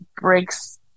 breaks